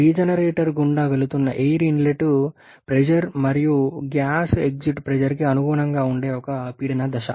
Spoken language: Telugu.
రీజెనరేటర్ గుండా వెళుతున్న ఎయిర్ ఇన్లెట్ ప్రెజర్ మరియు గ్యాస్ ఎగ్జిట్ ప్రెజర్కి అనుగుణంగా ఉండే ఒక పీడన దశ